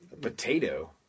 Potato